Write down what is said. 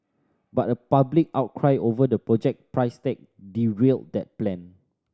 but a public outcry over the project price tag derailed that plan